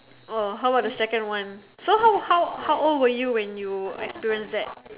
oh how about the second one so how how how old were you when you experience that